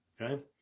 Okay